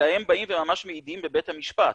אלא הם באים וממש מעידים בבית המשפט.